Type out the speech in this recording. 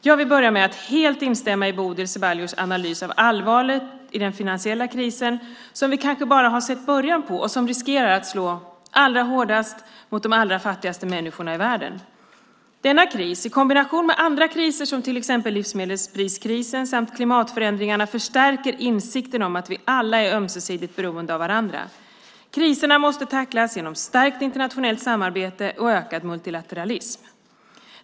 Jag vill börja med att helt instämma i Bodil Ceballos analys av allvaret i den finansiella krisen, som vi kanske bara har sett början på och som riskerar att slå allra hårdast mot de allra fattigaste människorna i världen. Denna kris i kombination med andra kriser, som till exempel livsmedelspriskrisen samt klimatförändringarna, förstärker insikten om att vi alla är ömsesidigt beroende av varandra. Kriserna måste tacklas genom stärkt internationellt samarbete och ökad multilateralism.